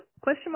question